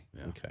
okay